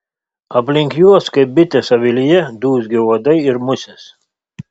aplink juos kaip bitės avilyje dūzgia uodai ir musės